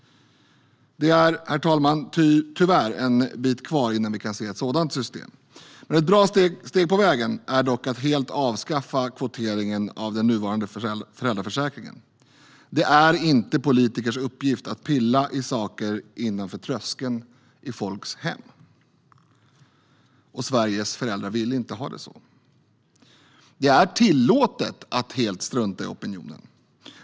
Det är, herr talman, tyvärr en bit kvar innan vi kan se ett sådant system. Ett bra steg på vägen är dock att helt avskaffa kvoteringen av den nuvarande föräldraförsäkringen. Det är inte politikers uppgift att pilla i saker innanför tröskeln i folks hem, och Sveriges föräldrar vill inte ha det så. Det är tillåtet att helt strunta i opinionen.